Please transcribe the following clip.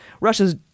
Russia's